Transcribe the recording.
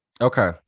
Okay